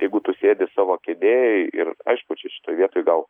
jeigu tu sėdi savo kėdėj ir aišku čia šitoj vietoj gal